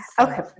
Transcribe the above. Okay